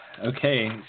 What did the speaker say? Okay